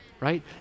Right